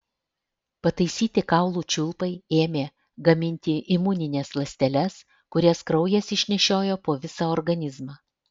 pataisyti kaulų čiulpai ėmė gaminti imunines ląsteles kurias kraujas išnešiojo po visą organizmą